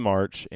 March